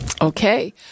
Okay